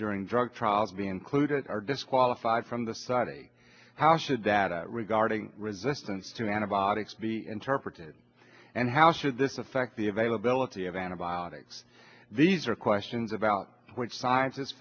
during drug trials be included are disqualified from the society how should that regarding resistance to antibiotics be interpreted and how should this affect the availability of antibiotics these are questions about which scientist